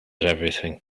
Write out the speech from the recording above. everything